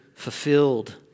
fulfilled